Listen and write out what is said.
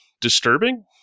disturbing